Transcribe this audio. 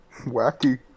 Wacky